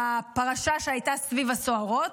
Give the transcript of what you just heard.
הפרשה שהייתה סביב נושא הסוהרות,